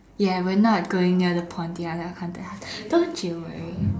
ya we are not going near the pontianak haunted house don't you worry